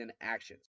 actions